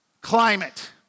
climate